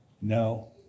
No